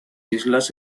islas